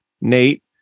Nate